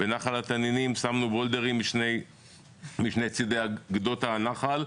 בנחל התנינים שמנו בולדרים משני צדי גדות הנחל,